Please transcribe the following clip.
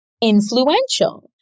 influential